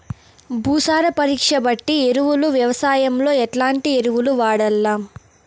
భూసార పరీక్ష బట్టి ఎరువులు వ్యవసాయంలో ఎట్లాంటి ఎరువులు వాడల్ల?